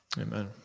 Amen